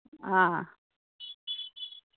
ꯑꯥ